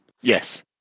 Yes